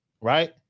right